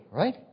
right